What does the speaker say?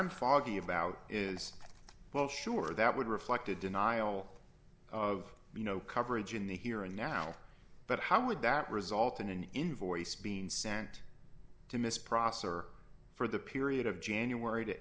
i'm foggy about is well sure that would reflect a denial of you know coverage in the here and now but how would that result in an invoice being sent to miss prosser for the period of january to